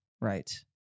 right